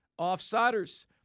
offsiders